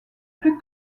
plus